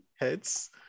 heads